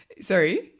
Sorry